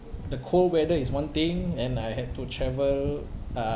the cold weather is one thing and I had to travel uh